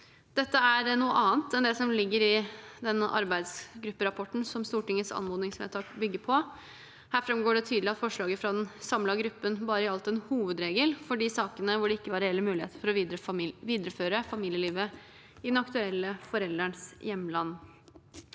Dette er noe annet enn det som ligger i den arbeidsgrupperapporten Stortingets anmodningsvedtak bygger på. Her framgår det tydelig at forslaget fra den samlede gruppen bare gjaldt en hovedregel for de sakene hvor det ikke var reelle muligheter for å videreføre familielivet i den aktuelle forelderens hjemland.